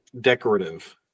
decorative